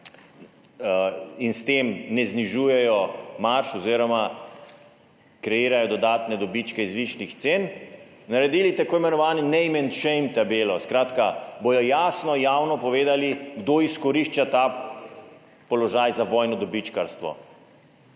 in s tem ne znižujejo marž oziroma kreirajo dodatne dobičke iz višjih cen, naredili tako imenovano »name and shame« tabelo, skratka, bodo jasno, javno povedali, kdo izkorišča ta položaj za vojno dobičkarstvo.